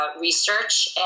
research